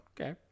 okay